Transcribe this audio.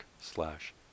slash